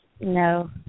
No